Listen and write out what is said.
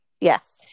Yes